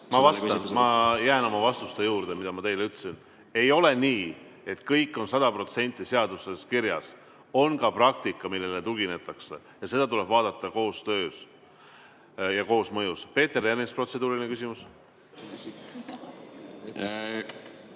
Ma jään oma vastuste juurde, mida ma teile ütlesin. Ei ole nii, et kõik on sada protsenti seaduses kirjas. On ka praktika, millele tuginetakse, ja seda tuleb vaadata koostöös, koosmõjus. Peeter Ernits, protseduuriline küsimus.